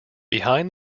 behind